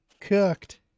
Cooked